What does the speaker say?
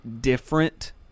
different